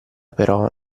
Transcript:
però